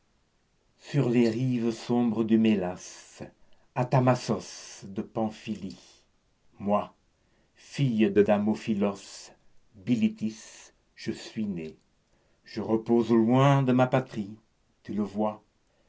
sur les rives sombres du mélas à tamassos de pamphylie moi fille de damophylos bilitis je suis née je repose loin de ma patrie tu le vois